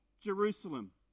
Jerusalem